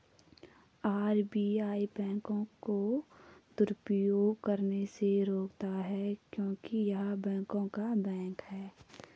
RBI बैंकों को दुरुपयोग करने से रोकता हैं क्योंकि य़ह बैंकों का बैंक हैं